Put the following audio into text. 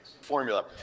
formula